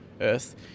Earth